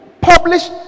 publish